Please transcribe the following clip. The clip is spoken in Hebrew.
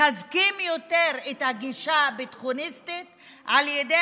מחזקים יותר את הגישה הביטחוניסטית על ידי